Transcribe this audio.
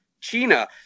China